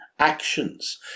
actions